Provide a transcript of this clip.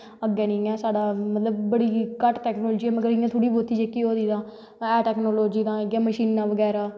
अग्गैं नेंई ऐ साढ़ा मतलव बड़ा घट्ट टौकनॉलजी ऐ मतलव इयां तोह्ड़ी बौह्ती जेह्की होदी तां है टौकनॉलजी तां इयै मशीनां बगैरा